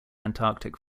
antarctic